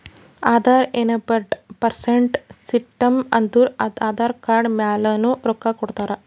Aadhaar enabled payment system ಅಂದುರ್ Aadhaar card ಮ್ಯಾಲನು ರೊಕ್ಕಾ ಕೊಡ್ತಾರ